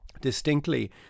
distinctly